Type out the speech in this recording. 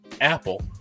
Apple